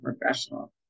professional